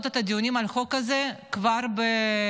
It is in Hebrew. את הדיונים על החוק הזה כבר בפגרה.